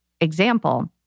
example